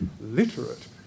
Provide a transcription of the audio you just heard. literate